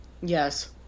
Yes